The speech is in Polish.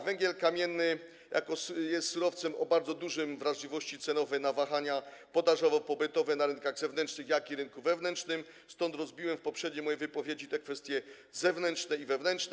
Węgiel kamienny jest surowcem o bardzo dużej wrażliwości cenowej na wahania podażowo-popytowe na rynkach zewnętrznych, jak i na rynku wewnętrznym, stąd rozbiłem w poprzedniej mojej wypowiedzi te kwestie zewnętrzne i wewnętrzne.